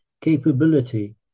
capability